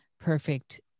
perfect